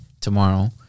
tomorrow